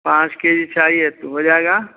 पाँच K G चाहिए तो हो जाएगा